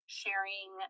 sharing